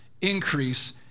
increase